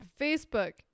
Facebook